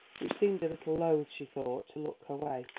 which seemed a little loth, she thought, to look her way,